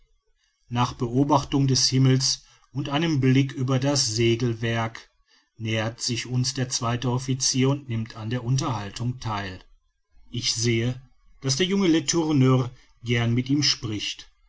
nach beobachtung des himmels und einem blick über das segelwerk nähert sich uns der zweite officier und nimmt an der unterhaltung theil ich sehe daß der junge letourneur gern mit ihm spricht